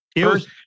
first